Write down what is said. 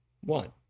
one